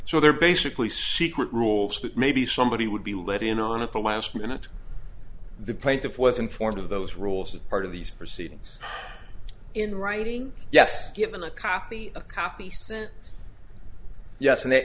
so they're basically sacred rules that maybe somebody would be let in on at the last minute the plaintiff was informed of those rules as part of these proceedings in writing yes given a copy a copy sent yes and they